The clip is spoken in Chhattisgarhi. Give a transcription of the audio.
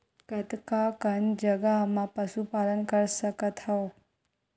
कतका कन जगह म पशु पालन कर सकत हव?